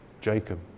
jacob